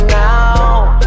now